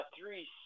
three